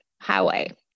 highway